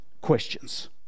questions